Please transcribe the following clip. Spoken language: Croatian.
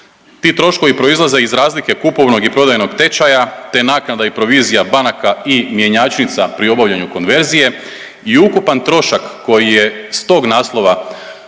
Ti troškovi proizlaze iz razlike kupovnog i prodajnog tečaja te naknada i provizija banaka i mjenjačnica pri obavljanju konverzije i ukupan trošak koji je s tog naslova